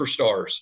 superstars